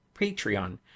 patreon